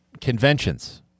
conventions